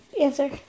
Answer